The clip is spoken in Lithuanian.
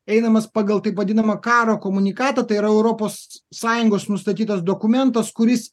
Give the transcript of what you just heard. einamas pagal taip vadinamą karo komunikatą tai yra europos sąjungos nustatytas dokumentas kuris